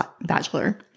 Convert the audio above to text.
bachelor